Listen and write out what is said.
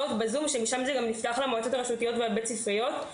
ומשם זה נפתח גם למועצות הרשותיות והבית ספריות.